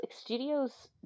studios